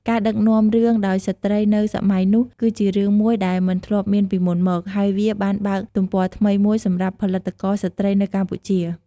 ការដឹកនាំរឿងដោយស្ត្រីនៅសម័យនោះ គឺជារឿងមួយដែលមិនធ្លាប់មានពីមុនមក ហើយវាបានបើកទំព័រថ្មីមួយសម្រាប់ផលិតករស្រ្តីនៅកម្ពុជា។